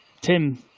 Tim